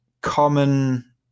common